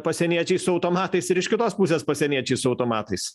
pasieniečiai su automatais ir iš kitos pusės pasieniečiai su automatais